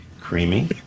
Creamy